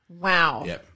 Wow